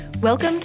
Welcome